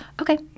Okay